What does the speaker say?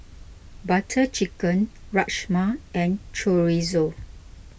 Butter Chicken Rajma and Chorizo